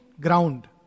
ground